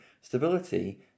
Stability